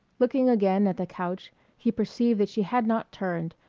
looking again at the couch he perceived that she had not turned,